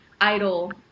idol